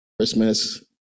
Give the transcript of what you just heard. Christmas